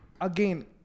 again